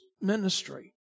ministry